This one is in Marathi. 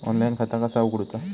ऑनलाईन खाता कसा उगडूचा?